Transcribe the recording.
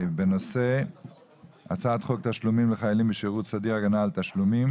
בנושא הצעת חוק תשלומים לחיילים בשירות סדיר (הגנה על תשלומים),